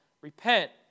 repent